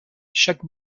chaque